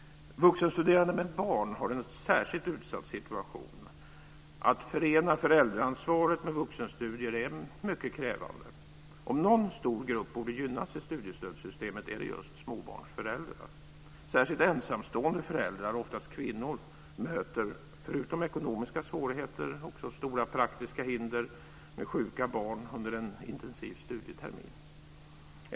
Vuxenstuderande med barn har en särskilt utsatt situation. Att förena föräldraansvaret med vuxenstudier är mycket krävande. Om någon stor grupp borde gynnas i studiestödssystemet så är det just småbarnsföräldrar. Särskilt ensamstående föräldrar, oftast kvinnor, möter förutom ekonomiska svårigheter också stora praktiska hinder, t.ex. sjuka barn under en intensiv studietermin.